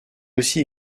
aussi